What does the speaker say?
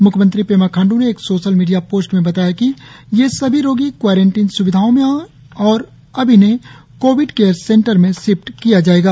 म्ख्यमंत्री पेमा खांडू ने एक सोशल मीडिया पोस्ट में बताया कि ये सभी रोगी क्वारेंटिन स्विधाओं में है और अब इन्हें कोविड केयर सेंटर में शिफ्ट किया जायेगा